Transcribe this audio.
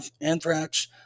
anthrax